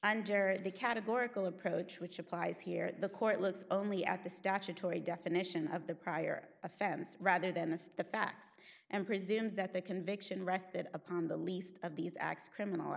under the categorical approach which applies here the court looks only at the statutory definition of the prior offense rather than the facts and presumes that the conviction rested upon the least of these acts criminal